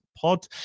Pod